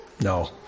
No